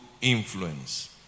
influence